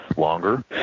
longer